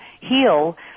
heal